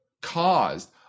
caused